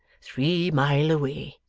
three mile away